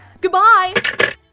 goodbye